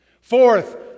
Fourth